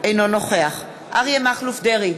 אינו נוכח אריה מכלוף דרעי,